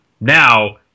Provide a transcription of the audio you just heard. Now